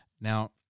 Now